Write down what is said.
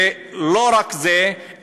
ולא רק זה,